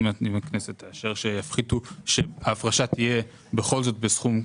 אם הכנסת תאשר שההפרשה תהיה בכל זאת בסכום כלשהו,